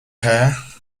hair